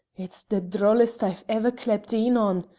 it's the drollest i ever clapt een on!